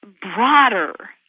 broader